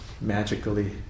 magically